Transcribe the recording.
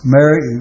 Mary